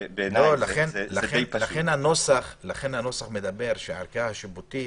לכן הנוסח אומר שהערכאה השיפוטית